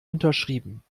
unterschrieben